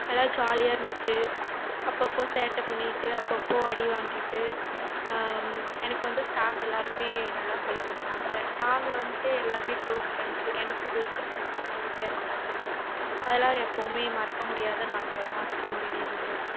நல்லா ஜாலியாக இருந்துச்சு அப்பப்போ சேட்டை பண்ணிக்கிட்டு அப்பப்போ அடி வாங்கிட்டு எனக்கு வந்து ஸ்டாஃப் எல்லாருமே நல்லா சொல்லிக்கொடுத்தாங்க நாங்கள் வந்துட்டு எல்லாருமே குளோஸ் ஃப்ரெண்ட்ஸ் எனக்கு பெஸ்ட் ஃப்ரெண்ட்ஸ்னா மூணு பேர் இருந்தாங்க அதெலாம் எப்பவுமே மறக்க முடியாத நாட்கள் தான் ஸ்கூல் நினைவுங்குறது